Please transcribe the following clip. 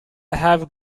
have